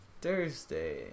Thursday